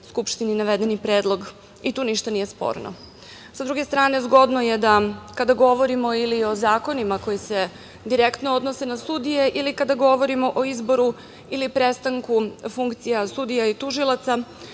skupštini navedeni predlog i tu ništa nije sporno.S druge strane, zgodno je da kada govorimo ili o zakonima koji se direktno odnose na sudije ili kada govorimo o izboru ili prestanku funkcija sudija i tužilaca